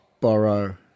borrow